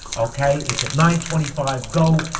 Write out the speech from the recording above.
okay? it's at nine twenty five, go,